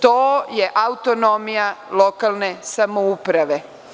To je autonomija lokalne samouprave.